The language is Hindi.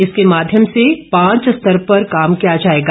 इसके माध्यम से पांच स्तर पर काम किया जाएगा